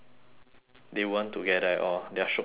they weren't together at all their strokes weren't together